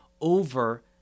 over